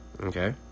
okay